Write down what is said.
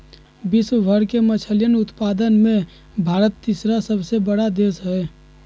विश्व भर के मछलयन उत्पादन में भारत तीसरा सबसे बड़ा देश हई